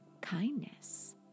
kindness